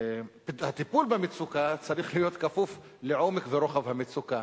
הטיפול במצוקה צריך להיות כפוף לעומק ורוחב המצוקה,